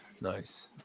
Nice